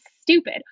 stupid